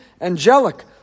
angelic